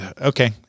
okay